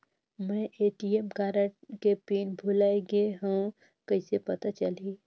मैं ATM card के PIN भुलाए गे हववं कइसे पता चलही?